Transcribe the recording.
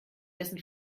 dessen